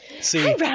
See